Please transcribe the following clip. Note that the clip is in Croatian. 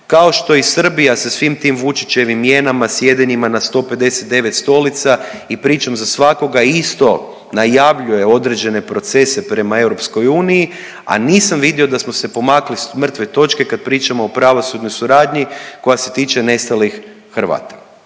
kao što i Srbija sa svim tim Vučićevim mjenama, sjedenjima na 159 stolica i pričom za svakoga isto najavljuje određene procese prema EU, a nisam vidio da smo se pomakli s mrtve točke kad pričamo o pravosudnoj suradnji koja se tiče nestalih Hrvata.